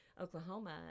Oklahoma